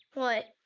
what?